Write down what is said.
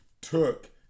took